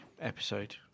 episode